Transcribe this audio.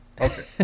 Okay